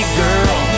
girl